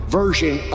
version